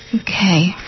okay